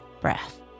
breath